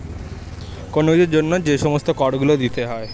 কোন কিছুর জন্য যে সমস্ত কর গুলো দিতে হয়